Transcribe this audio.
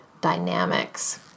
dynamics